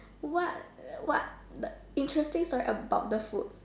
what what interesting story about the food